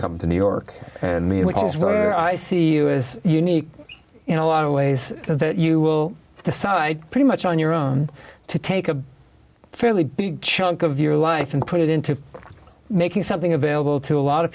come to new york and me and i see you is unique in a lot of ways and that you will decide pretty much on your own to take a fairly big chunk of your life and put it into making something available to a lot of